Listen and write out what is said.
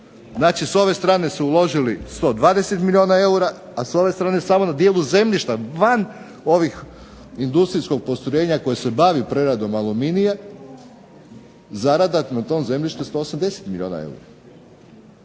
Znači s ove strane su uložili 120 milijuna eura, a s ove strane samo na dijelu zemljišta van ovog industrijskog postrojenja koje se bavi preradom aluminija, zarada na tom zemljištu je 180 milijuna eura.